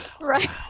Right